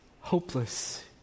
Hopeless